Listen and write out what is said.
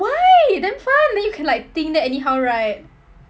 why damn fun then you can like think then anyhow write